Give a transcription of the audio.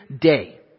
day